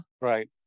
Right